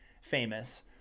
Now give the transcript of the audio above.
famous